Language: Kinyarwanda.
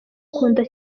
umukunda